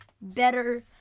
better